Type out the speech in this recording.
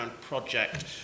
project